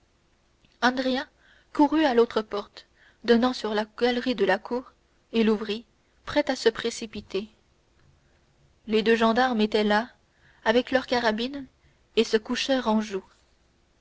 andrea courut à l'autre porte donnant sur la galerie de la cour et l'ouvrit prêt à se précipiter les deux gendarmes étaient là avec leurs carabines et le couchèrent en